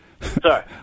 Sorry